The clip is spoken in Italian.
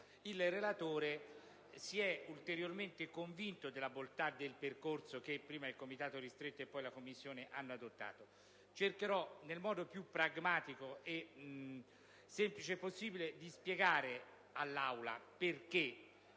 il relatore si è ulteriormente convinto della bontà del percorso che prima il Comitato rispetto e poi la Commissione hanno adottato. Cercherò quindi, nel modo più pragmatico e semplice possibile, di spiegare all'Aula perché